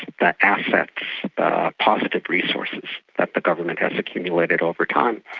the assets, the positive resources that the government has accumulated over time.